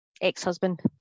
ex-husband